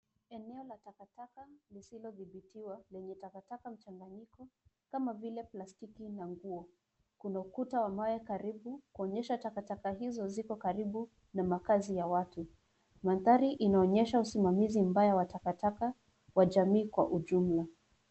Eneo la takataka lisilothibitiwa, lenye takataka mchanganyiko kama vile plastiki na nguo. Kuna ukuta wa mawe karibu, kuonyesha takataka hizo ziko karibu na makazi ya watu. Mandhari inaonyesha usimamizi mbaya wa takataka wa jamii kwa ujumla.